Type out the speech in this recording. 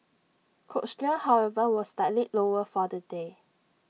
cochlear however was slightly lower for the day